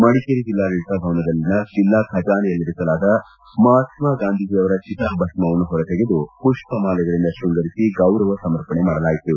ಮಡಿಕೇರಿ ಜಿಲ್ಲಾಡಳಿತ ಭವನದಲ್ಲಿನ ಜಿಲ್ಲಾ ಖಜಾನೆಯಲ್ಲಿರಿಸಲಾದ ಮಹಾತ್ಮ ಗಾಂಧೀಜಿಯವರ ಚಿತಾಭಸ್ವನ್ನು ಹೊರತೆಗೆದು ಪುಷ್ಷಮಾಲೆಗಳಿಂದ ಶೃಂಗರಿಸಿ ಗೌರವ ಸಮರ್ಪಣೆ ಮಾಡಲಾಯಿತು